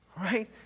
right